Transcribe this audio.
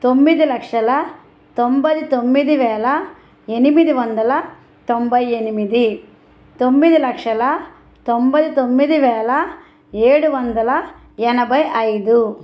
తొమ్మిది లక్షల తొంబది తొమ్మిది వేల ఎనిమిది వందల తొంబై ఎనిమిది తొమ్మిది లక్షల తొంబై తొమ్మిది వేల ఏడు వందల ఎనభై ఐదు